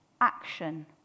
action